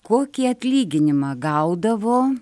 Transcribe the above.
kokį atlyginimą gaudavo